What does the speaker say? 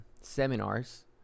seminars